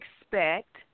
expect